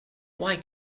why